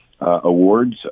Awards